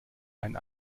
einen